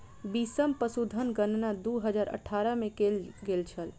बीसम पशुधन गणना दू हजार अठारह में कएल गेल छल